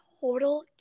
total